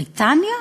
בריטניה?